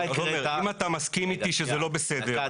אם אתה מסכים איתי שזה לא בסדר,